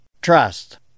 trust